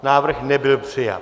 Návrh nebyl přijat.